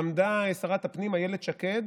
עמדה שרת הפנים אילת שקד